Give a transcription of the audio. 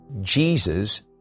Jesus